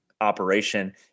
operation